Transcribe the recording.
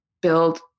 build